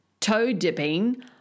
toe-dipping